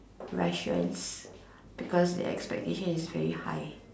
Russians because their expectation is very high